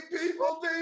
people